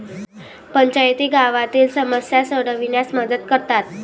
पंचायती गावातील समस्या सोडविण्यास मदत करतात